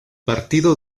partido